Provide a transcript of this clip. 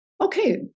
Okay